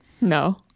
No